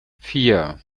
vier